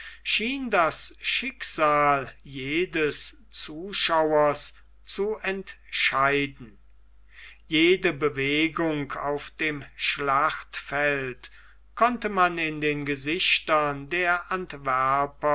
schien das schicksal jedes zuschauers zu entscheiden jede bewegung aus dem schlachtfelde konnte man in den gesichtern der